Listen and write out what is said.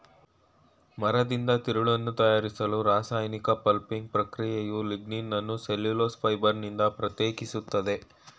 ಮರದಿಂದ ತಿರುಳನ್ನು ತಯಾರಿಸಲು ರಾಸಾಯನಿಕ ಪಲ್ಪಿಂಗ್ ಪ್ರಕ್ರಿಯೆಯು ಲಿಗ್ನಿನನ್ನು ಸೆಲ್ಯುಲೋಸ್ ಫೈಬರ್ನಿಂದ ಪ್ರತ್ಯೇಕಿಸ್ತದೆ